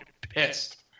pissed